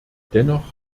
dennoch